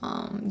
um